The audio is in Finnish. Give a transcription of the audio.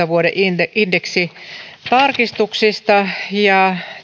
vuoden kaksituhattakahdeksantoista indeksitarkistuksista ja